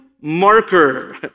marker